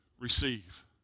receive